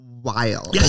Wild